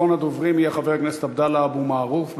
אחרון הדוברים יהיה חבר הכנסת עבדאללה אבו מערוף.